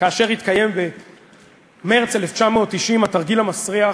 כאשר התקיים במרס 1990 "התרגיל המסריח",